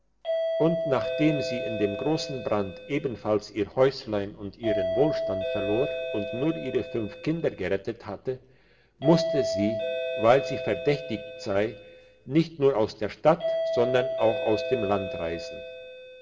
und nachdem sie in dem grossen brand ebenfalls ihr häuslein und ihren wohlstand verloren und nur ihre fünf kinder gerettet hatte musste sie weil sie verdächtig sei nicht nur aus der stadt sondern auch aus dem land reisen